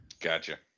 Gotcha